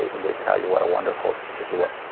and they tell you what a wonderful teacher he was.